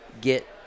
get